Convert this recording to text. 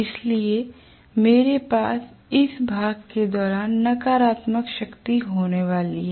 इसलिए मेरे पास इस भाग के दौरान नकारात्मक शक्ति होने वाली है